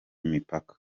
mipaka